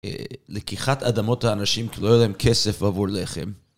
לקיחת אדמות לאנשים כי לא יהיו להם כסף ועבור לחם.